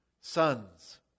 Sons